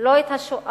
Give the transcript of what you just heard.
לא את השואה